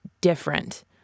different